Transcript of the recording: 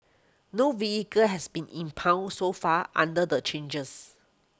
no vehicle has been impounded so far under the changes